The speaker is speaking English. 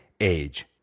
age